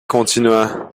continua